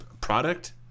product